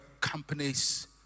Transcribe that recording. companies